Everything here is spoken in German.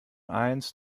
eins